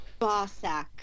bossack